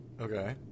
Okay